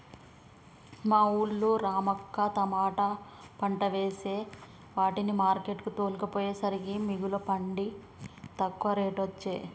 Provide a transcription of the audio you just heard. మా వూళ్ళో రమక్క తమాట పంట వేసే వాటిని మార్కెట్ కు తోల్కపోయేసరికే మిగుల పండి తక్కువ రేటొచ్చె